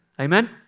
Amen